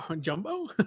Jumbo